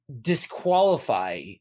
disqualify